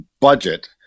budget